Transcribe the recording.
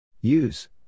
Use